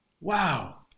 Wow